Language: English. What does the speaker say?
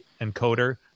encoder